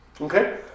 Okay